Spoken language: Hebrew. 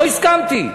לא הסכמתי.